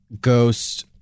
ghost